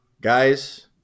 Guys